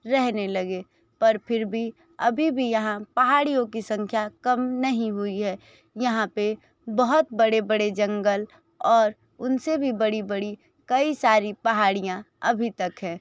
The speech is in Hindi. रहने लगे पर फिर भी अभी भी यहाँ पहाड़ियों की संख्या कम नहीं हुई है यहाँ पे बहुत बड़े बड़े जंगल और उनसे भी बड़ी बड़ी कई सारी पहड़ियाँ अभी तक हैं